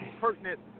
pertinent